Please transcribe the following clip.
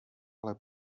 ale